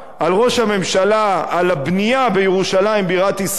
ראש הממשלה על הבנייה בירושלים בירת ישראל,